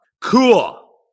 Cool